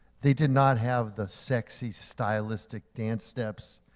they did not have the sexist stylistic dance steps.